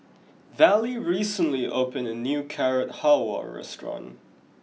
Vallie recently opened a new Carrot Halwa restaurant